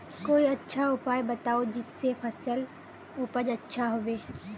कोई अच्छा उपाय बताऊं जिससे फसल उपज अच्छा होबे